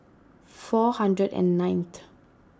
four hundred and ninth